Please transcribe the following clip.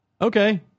Okay